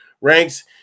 ranks